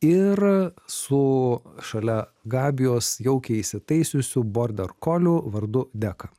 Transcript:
ir su šalia gabijos jaukiai įsitaisiusiu borderkoliu vardu deka